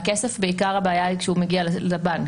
עיקר הבעיה של הכסף היא כשהוא מגיע לבנק,